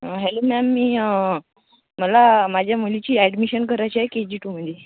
hello ma'am मी मला माझ्या मुलीची ॲडमिशन करायची आहे के जी टूमध्ये